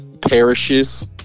parishes